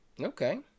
Okay